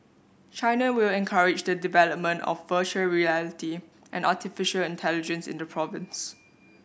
China will encourage the development of virtual reality and artificial intelligence in the province